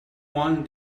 one